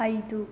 ಐದು